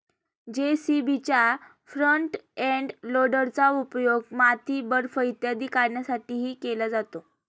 जे.सी.बीच्या front end लोडरचा उपयोग माती, बर्फ इत्यादी काढण्यासाठीही केला जातो